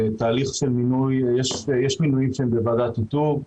יש מינויים שהם בוועדת איתור.